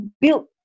built